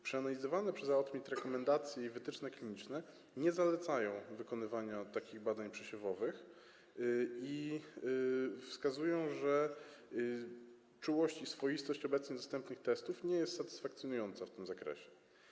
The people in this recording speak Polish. Przeanalizowane przez AOTMiT rekomendacje i wytyczne kliniczne nie zalecają wykonywania takich badań przesiewowych i wskazują, że czułość i swoistość obecnie dostępnych testów nie są satysfakcjonujące w tym zakresie.